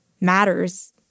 matters